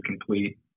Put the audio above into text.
complete